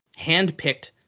handpicked